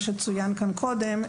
מה שצוין כאן קודם,